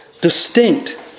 Distinct